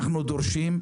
אנחנו דורשים,